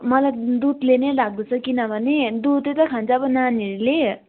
मलाई दुतध नै लाग्दैछ किनभने दुधै त खान्छ अब नानीहरूले